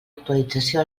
actualització